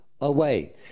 away